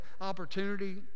opportunity